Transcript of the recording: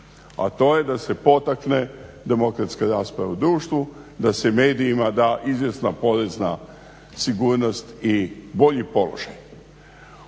a to je da se potakne demokratska rasprava u društvu, da se medijima da izvjesna porezna sigurnost i bolji položaj.